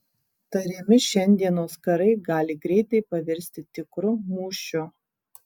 tariami šiandienos karai gali greitai pavirsti tikru mūšiu